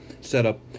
setup